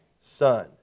Son